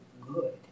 good